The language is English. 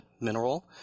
mineral